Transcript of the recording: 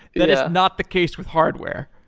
that is not the case with hardware.